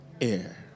air